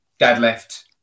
deadlift